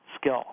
skill